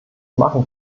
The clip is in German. machen